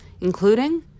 including